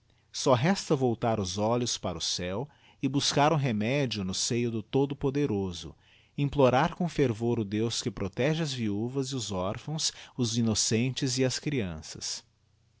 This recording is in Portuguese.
só resta voltar os olhos para o céu e buscar o remédio no seio do todo poderoso implorar com fervor o deus que protege as viuvas e orphãos os innocentes e as crianças